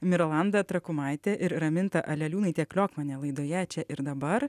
mirolanda trakumaitė ir raminta aleliūnaitė kliokmanė laidoje čia ir dabar